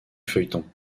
feuilleton